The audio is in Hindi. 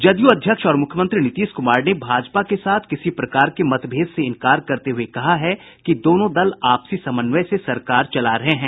जदयू अध्यक्ष और मुख्यमंत्री नीतीश कुमार ने भाजपा के साथ किसी प्रकार के मतभेद से इंकार करते हुए कहा है कि दोनों दल आपसी समन्वय से सरकार चला रहे हैं